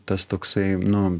tas toksai nu